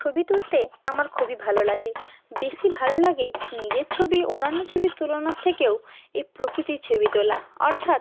ছবি তুলতে আমার খুবই ভালো লাগে বেশি ভালো লাগে নিজের ছবি অন্যান্য ছবি তুলনার থেকেও এই প্রকৃতির ছবি তোলা অর্থাৎ